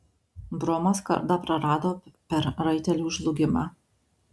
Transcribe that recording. bromas kardą prarado per raitelių žlugimą